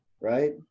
right